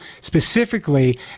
specifically